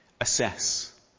assess